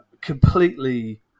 completely